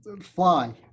Fly